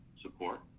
support